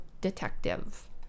detective